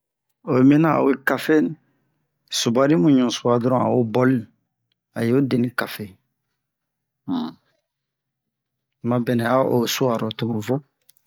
oyi minian a we kafe suɓuri mu ɲu-suwa dɔron a o bɔli a yo deni ni kafe um mabɛnɛ a o'o su'aro tomu vo